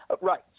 Right